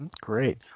great